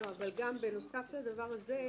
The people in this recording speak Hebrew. בנוסף לדבר הזה,